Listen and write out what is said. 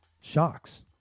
shocks